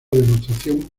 demostración